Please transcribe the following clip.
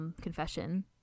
confession